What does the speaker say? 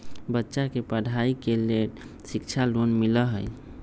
बच्चा के पढ़ाई के लेर शिक्षा लोन मिलहई?